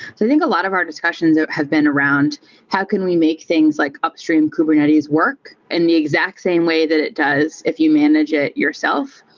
i think a lot of our discussions have been around how can we make things like upstream kubernetes work and the exact same way that it does if you manage it yourself,